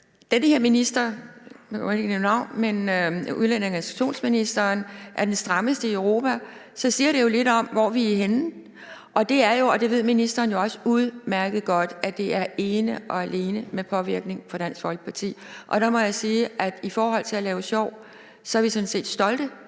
navn – men hvis udlændinge- og integrationsministeren er den strammeste Europa, siger det jo lidt om, hvor vi henne. Og det er jo, og det ved ministeren jo også udmærket godt, ene og alene efter påvirkning fra Dansk Folkeparti. Der må jeg sige, at i forhold til at lave sjov, er vi sådan set stolte